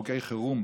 חוקי חירום,